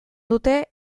dute